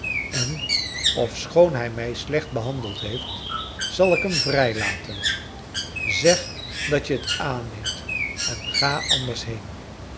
en ofschoon hij mij slecht behandeld heeft zal ik hem vrijlaten zeg dat je t aanneemt en ga anders been